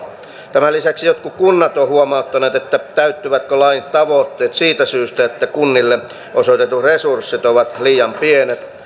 tämän lisäksi jotkut kunnat ovat huomauttaneet että täyttyvätkö lain tavoitteet siitä syystä että kunnille osoitetut resurssit ovat liian pienet